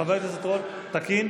חבר הכנסת רול, תקין?